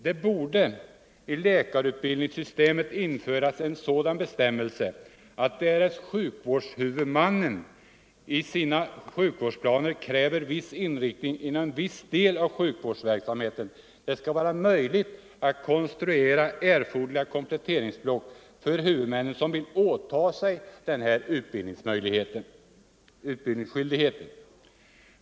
Det borde i läkarutbildningssystemet införas en sådan bestämmelse att, därest sjukvårdshuvudmännen i sina sjukvårdsplaner kräver viss inriktning inom viss del av sjukvårdsverksamheten, det skall vara möjligt att konstruera erforderliga kompletteringsblock för huvudmän som vill åtaga sig denna utbildningsskyldighet.